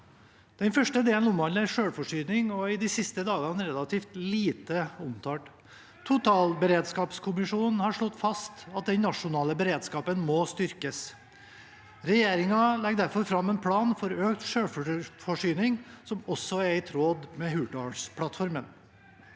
Den første delen omhandler selvforsyning og er relativt lite omtalt de siste dagene. Totalberedskapskommisjonen har slått fast at den nasjonale beredskapen må styrkes. Regjeringen legger derfor fram en plan for økt selvforsyning, som også er i tråd med Hurdalsplattformen.